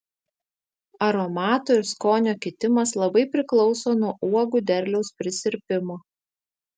aromato ir skonio kitimas labai priklauso nuo uogų derliaus prisirpimo